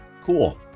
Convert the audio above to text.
cool